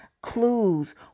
clues